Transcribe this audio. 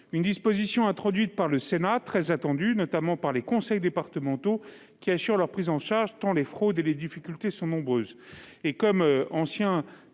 Cette disposition, introduite par le Sénat, était très attendue, notamment par les conseils départementaux, qui assurent la prise en charge de ces publics, tant les fraudes et les difficultés sont nombreuses.